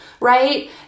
right